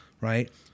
right